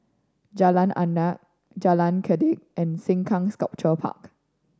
Jalan Adat Jalan Kledek and Sengkang Sculpture Park